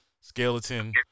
skeleton